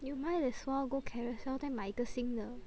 you might as well go Carousell then 买一个新的